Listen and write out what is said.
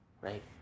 Right